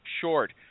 short